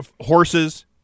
horses